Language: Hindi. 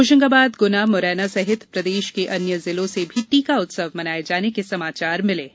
होशंगाबाद गुना मुरैना सहित प्रदेश के अन्य जिलों से भी टीका उत्सव मनाये जाने के समाचार मिले हैं